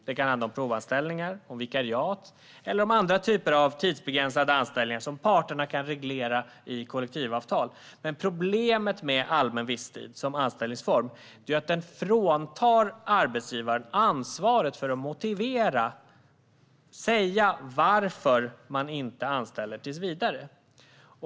Det kan handla om provanställningar, vikariat eller andra typer av tidsbegränsade anställningar som parterna kan reglera i kollektivavtal. Men problemet med allmän visstid som anställningsform är att den fråntar arbetsgivaren ansvaret att motivera - säga - varför man inte anställer tills vidare.